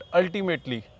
ultimately